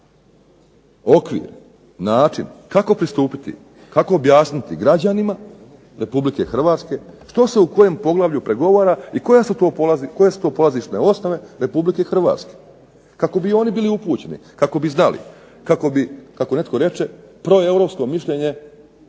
širi okvir, način, kako pristupiti, kako objasniti građanima Republike Hrvatske što se u pojedinom poglavlju pregovora i koja su to polazišne osnove Republike Hrvatske, kako bi oni bili upućeni, kako bi znali, kako bi kako netko reče proeuropsko mišljenje